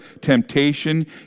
temptation